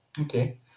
Okay